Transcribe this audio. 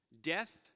Death